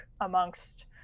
amongst